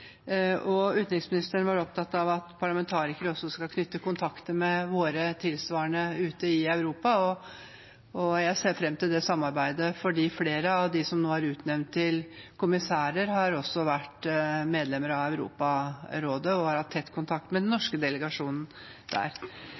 Utenriksministeren var opptatt av at parlamentarikere skal knytte kontakter med våre kolleger ute i Europa. Jeg ser fram til det samarbeidet, for flere av dem som nå er utnevnt til kommissærer, har også vært medlemmer av Europarådet og har hatt tett kontakt med den norske delegasjonen der.